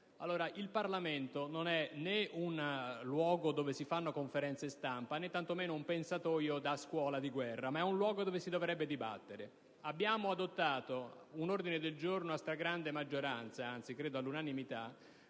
Il Parlamento non è né un luogo dove si fanno conferenze stampa, né tantomeno un pensatoio da scuola di guerra, ma è un luogo dove si dovrebbe dibattere. Abbiamo adottato un ordine del giorno a stragrande maggioranza - anzi credo all'unanimità